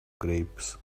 grapes